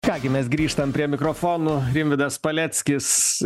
ką gi mes grįžtam prie mikrofonų rimvydas paleckis